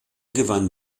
gewann